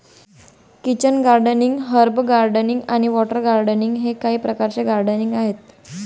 kitchen gardening, herb gardening आणि water gardening हे काही प्रकारचे गार्डनिंग आहेत